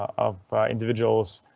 of individuals.